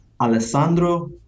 Alessandro